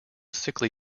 sickly